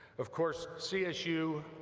of course csu,